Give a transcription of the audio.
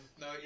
No